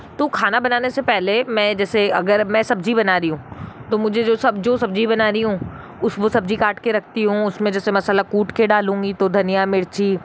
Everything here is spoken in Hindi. तो खाना बनाने से पहले मैं जैसे अगर मैं सब्ज़ी बना रही हूँ तो मुझे जो सब जो सब्ज़ी बना रही हूँ उस वो सब्ज़ी काट कर रखती हूँ उसमें जैसे मसाला कूट के डालूँगी तो धनिया मिर्ची